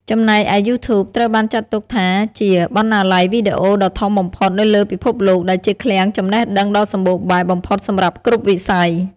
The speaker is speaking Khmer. ចំណែកឯយូធូប ត្រូវបានចាត់ទុកថាជាបណ្ណាល័យវីដេអូដ៏ធំបំផុតនៅលើពិភពលោក ដែលជាឃ្លាំងចំណេះដឹងដ៏សម្បូរបែបបំផុតសម្រាប់គ្រប់វិស័យ។